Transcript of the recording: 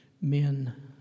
men